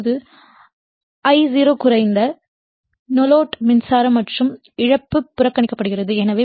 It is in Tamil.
இப்போது I0 குறைந்த நோலோட் மின்சாரம் மற்றும் இழப்பு புறக்கணிக்கப்படுகிறது